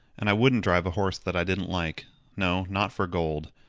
and i wouldn't drive a horse that i didn't like no, not for gold.